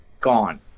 gone